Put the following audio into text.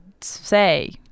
say